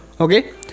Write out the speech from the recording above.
okay